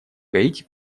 гаити